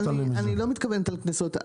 אני לא מתכוונת על קנסות,